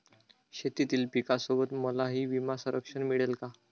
शेतीतील पिकासोबत मलाही विमा संरक्षण मिळेल का?